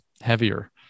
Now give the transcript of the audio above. heavier